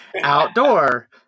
outdoor